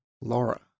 Laura